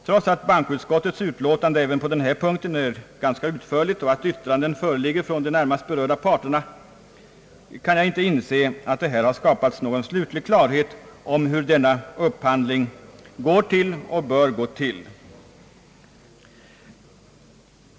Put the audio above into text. Trots att bankoutskottets utlåtande även på den här punkten är ganska utförligt och att yttranden föreligger från de närmast berörda parterna kan jag inte inse att det här har skapats slutlig klarhet om hur denna upphandling går till och bör gå till.